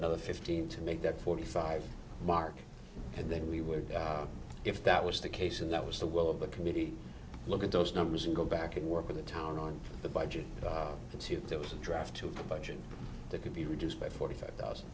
another fifteen to make that forty five mark and then we would if that was the case and that was the will of the committee look at those numbers and go back and work with the town on the budget and see if there was a draft to production that could be reduced by forty five thousand